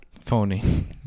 Phony